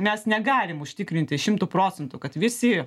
mes negalim užtikrinti šimtu procentų kad visi